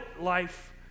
life